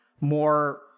more